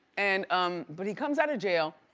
and um but he comes out of jail,